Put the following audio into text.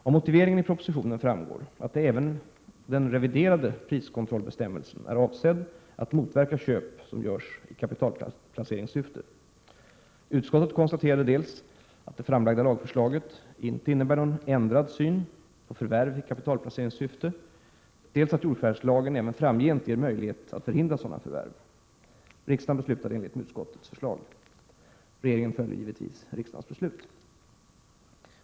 Av motiveringen i propositionen framgår att även den reviderade priskontrollbestämmelsen är avsedd att motverka köp som görs i kapitalplaceringssyfte. Utskottet konstaterade dels att det framlagda lagförslaget inte innebär någon ändrad syn på förvärv i kapitalplaceringssyfte, dels att jordförvärvslagen även framgent ger möjlighet att förhindra sådana förvärv. Riksdagen beslutade i enlighet med utskottet. Regeringen följer givetvis riksdagens beslut.